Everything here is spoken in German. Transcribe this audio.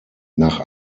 nach